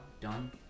done